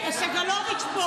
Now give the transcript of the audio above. סגלוביץ' פה.